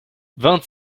vingt